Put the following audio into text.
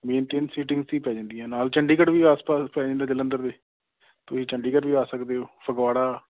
main ਤਿੰਨ cities ਹੀ ਪੈ ਜਾਂਦੀਆਂ ਨਾਲ ਚੰਡੀਗੜ੍ਹ ਵੀ ਆਸ ਪਾਸ ਪੈ ਜਾਂਦਾ ਜਲੰਧਰ ਦੇ ਤੁਸੀਂ ਚੰਡੀਗੜ੍ਹ ਵੀ ਆ ਸਕਦੇ ਹੋ ਫਗਵਾੜਾ